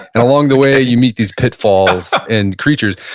and along the way, you meet these pitfalls and creatures.